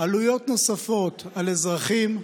עלויות נוספות על אזרחים,